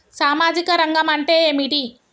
సామాజిక రంగం అంటే ఏమిటి?